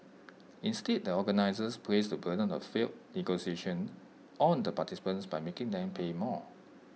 instead the organisers placed the burden of the failed negotiations on the participants by making them pay more